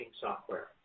software